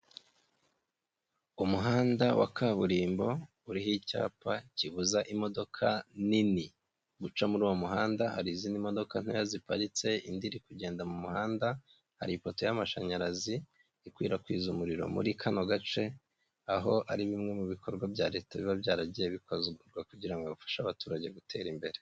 Umuhanda wa kaburimbo uriho icyapa kibuza imodoka nini guca muri uwo muhanda hari izindi modoka ntoya ziparitse indi iri kugenda mu muhanda hari ipoto y'amashanyarazi ikwirakwiza umuriro muri kano gace aho ari bimwe mu bikorwa bya leta biba byaragiye bikorwa kugira ngo bifashe abaturage gutera imbere.